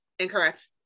incorrect